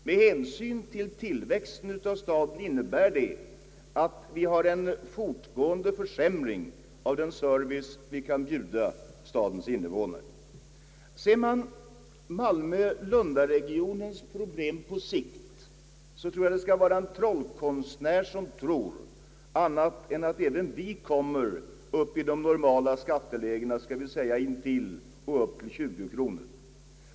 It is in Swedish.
Med hänsyn till tillväxten av staden innebär det snarare, att det sker en fortgående försämring av den service som kan bjudas stadens invånare. Om man ser Malmö—Lund-regionens problem på sikt, finner man att den måste vara en trollkonstnär, som kan förhindra att Malmö stad kommer upp till de normala skattelägena för storstadskommuner, eller skall vi säga upp emot 20 kronor.